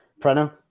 Preno